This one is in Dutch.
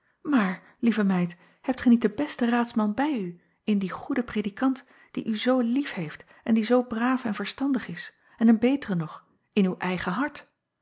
maar lieve meid hebt ge niet den besten raadsman bij u in dien goeden predikant die u zoo liefheeft en die zoo braaf en verstandig is en een beteren nog in uw eigen hart